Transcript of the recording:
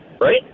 right